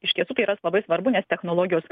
iš tiesų tai yra labai svarbu nes technologijos